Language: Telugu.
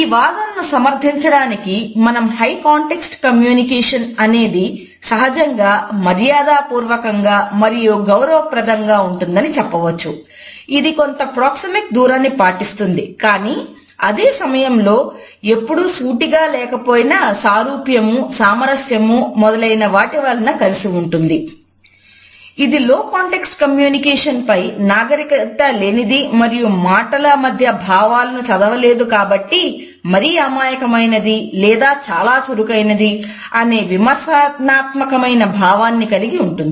ఈ వాదనను సమర్ధించడానికి మనం హై కాంటెక్స్ట్ కమ్యూనికేషన్ పై నాగరికత లేనిది మరియు మాటల మధ్య భావాలను చదవలేదు కాబట్టి మరీ అమాయకమైనది లేదా చాలా చురుకైనది అనే విమర్శనాత్మకమైన భావాన్ని కలిగి ఉంటుంది